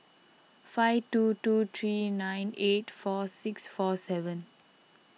five two two three nine eight four six four seven